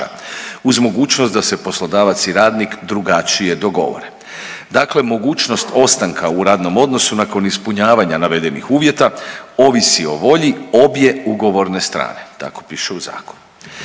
uz mogućnost da se poslodavac i radnik drugačije dogovore, dakle mogućnost ostanka u radnom odnosu nakon ispunjavanja navedenih uvjeta ovisi o volji obje ugovorne strane, tako piše u zakonu.